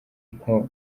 nko